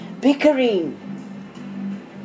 bickering